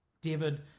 David